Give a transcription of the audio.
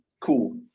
cool